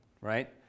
right